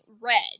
red